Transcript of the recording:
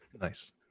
Nice